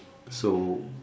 so